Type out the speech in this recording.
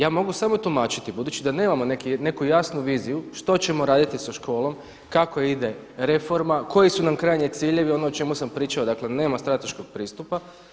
Ja mogu samo tumačiti budući da nemamo neku jasnu viziju što ćemo raditi sa školom, kako ide reforma, koji su nam krajnji ciljevi ono o čemu sam pričao, dakle nema strateškog pristupa.